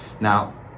now